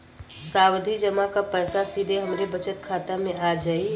सावधि जमा क पैसा सीधे हमरे बचत खाता मे आ जाई?